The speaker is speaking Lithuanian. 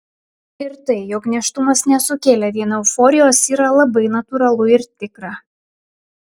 ir tai jog nėštumas nesukėlė vien euforijos yra labai natūralu ir tikra